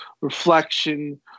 reflection